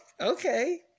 okay